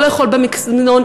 לא לאכול במזנון.